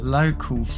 local